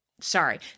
sorry